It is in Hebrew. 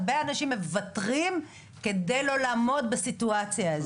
הרבה אנשים מוותרים כדי לא לעמוד בסיטואציה הזו.